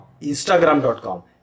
instagram.com